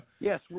Yes